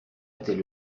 était